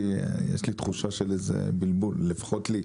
כי יש לי תחושה של איזה בלבול לפחות לי.